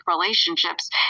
relationships